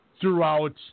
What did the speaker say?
throughout